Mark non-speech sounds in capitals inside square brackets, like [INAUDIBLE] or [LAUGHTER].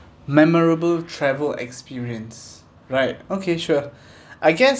memorable travel experience right okay sure [BREATH] I guess